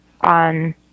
on